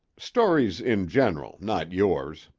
stories in general not yours.